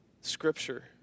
scripture